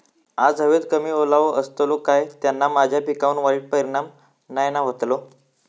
आज हवेत कमी ओलावो असतलो काय त्याना माझ्या पिकावर वाईट परिणाम नाय ना व्हतलो?